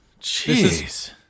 Jeez